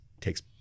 takes